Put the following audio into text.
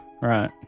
Right